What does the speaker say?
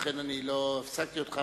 לכן לא הפסקתי אותך.